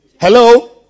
Hello